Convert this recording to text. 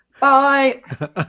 Bye